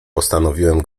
postanowiłem